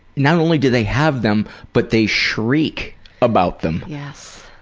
not only do they have them, but they shriek about them. yes.